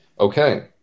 Okay